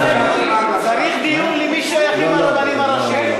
צריך דיון למי שייכים הרבנים הראשיים.